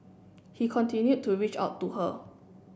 he continued to reach out to her